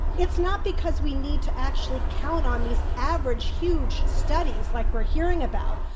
it's not because we need to actually count on these average, huge studies like we're hearing about.